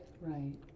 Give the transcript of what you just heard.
right